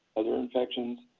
other infections,